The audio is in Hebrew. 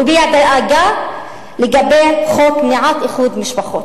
הוא הביע דאגה לגבי חוק מניעת איחוד משפחות.